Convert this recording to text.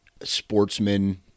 sportsman